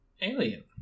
Alien